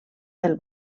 del